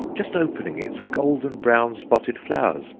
just opening its golden-brown spotted flowers,